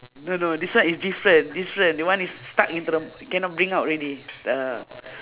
no no this one is different different that one is stuck into the cannot bring out already uh